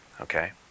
Okay